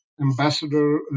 ambassador